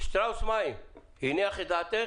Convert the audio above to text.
שטראוס מים, זה הניח את דעתך?